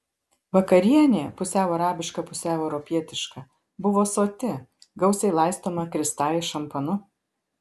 vakarienė pusiau arabiška pusiau europietiška buvo soti gausiai laistoma kristai šampanu